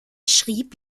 schrieb